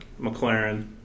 McLaren